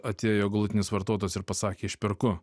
atėjo galutinis vartotojas ir pasakė aš perku